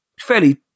fairly